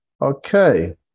Okay